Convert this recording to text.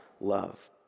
love